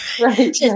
Right